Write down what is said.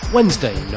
Wednesday